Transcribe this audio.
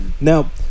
Now